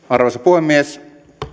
arvoisa puhemies